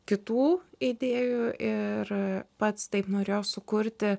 kitų idėjų ir pats taip norėjo sukurti